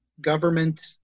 government